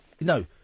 no